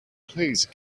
please